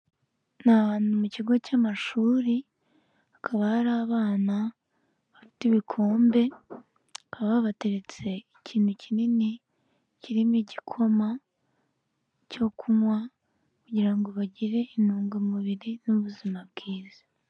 Ni abantu mu kigo cy'amashuri, hakaba hari abana bafite ibikombe, bakaba babateretse ikintu kinini kirimo igikoma cyo kunywa, kugira ngo bagire intungamubiri n'ubuzima bwiza.